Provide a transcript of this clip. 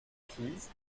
keys